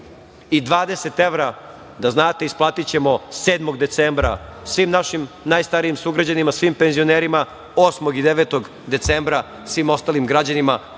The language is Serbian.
20 evra isplatićemo 7. decembra svim našim najstarijim sugrađanima, svim penzionerima, 8. i 9. decembra svim ostalim građanima,